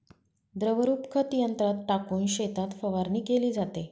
द्रवरूप खत यंत्रात टाकून शेतात फवारणी केली जाते